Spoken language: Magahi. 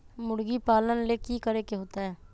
मुर्गी पालन ले कि करे के होतै?